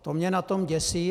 To mě na tom děsí.